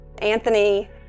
Anthony